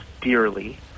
dearly